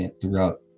throughout